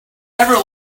never